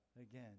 again